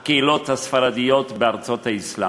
הקהילות הספרדיות בארצות האסלאם.